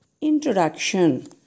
Introduction